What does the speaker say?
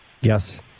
Yes